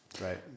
Right